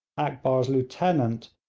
akbar's lieutenant,